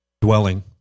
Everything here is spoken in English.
dwelling